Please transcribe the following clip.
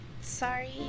sorry